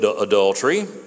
adultery